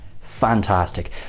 fantastic